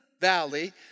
Valley